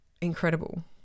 incredible